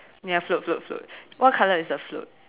ya float float float what color is the float